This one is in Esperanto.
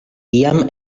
iam